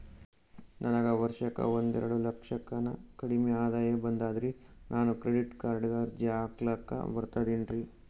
ನನಗ ವರ್ಷಕ್ಕ ಒಂದೆರಡು ಲಕ್ಷಕ್ಕನ ಕಡಿಮಿ ಆದಾಯ ಬರ್ತದ್ರಿ ನಾನು ಕ್ರೆಡಿಟ್ ಕಾರ್ಡೀಗ ಅರ್ಜಿ ಹಾಕ್ಲಕ ಬರ್ತದೇನ್ರಿ?